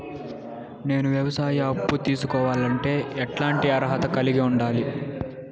నేను వ్యవసాయ అప్పు తీసుకోవాలంటే ఎట్లాంటి అర్హత కలిగి ఉండాలి?